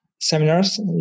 seminars